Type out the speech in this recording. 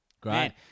Great